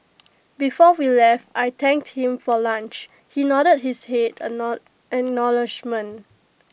before we left I thanked him for lunch he nodded his A know acknowledgement